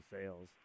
sales